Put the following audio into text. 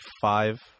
five